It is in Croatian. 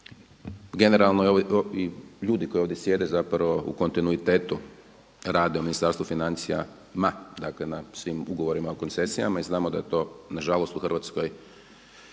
Generalno i ljudi koji ovdje sjede zapravo u kontinuitetu rade u Ministarstvu financija, dakle na svim ugovorima o koncesijama i znamo da je to na žalost u Hrvatskoj,